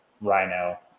Rhino